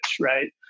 right